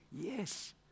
yes